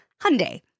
Hyundai